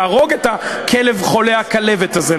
להרוג את הכלב חולה הכלבת הזה,